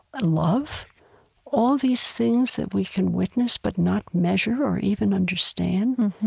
love all these things that we can witness but not measure or even understand,